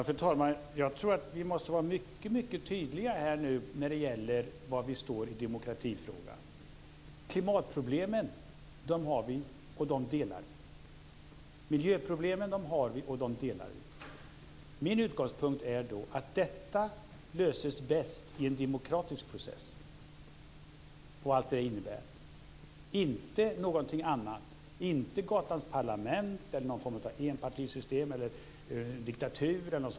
Fru talman! Vi måste vara mycket tydliga när det gäller var vi står i demokratifrågan. Klimatproblemen har vi och delar vi. Miljöproblemen har vi och delar vi. Min utgångspunkt är att detta löses bäst i en demokratisk process med allt vad det innebär, inte med någonting annat, inte med gatans parlament, enpartisystem eller diktatur.